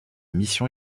mission